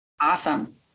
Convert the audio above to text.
Awesome